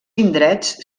indrets